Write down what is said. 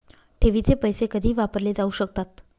ठेवीचे पैसे कधीही वापरले जाऊ शकतात